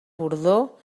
bordó